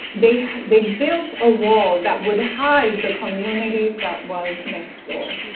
they they built a wall that would hide the community that was next door.